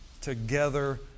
together